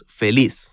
feliz